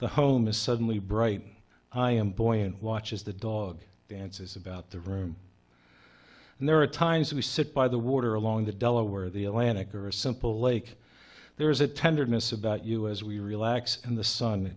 the home is suddenly bright buoyant watches the dog dances about the room and there are times we sit by the water along the delaware the atlantic or a simple lake there is a tenderness about you as we relax in the sun